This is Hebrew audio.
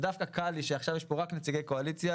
ודווקא כאן כאשר יש רק נציגי קואליציה